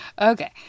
Okay